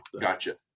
Gotcha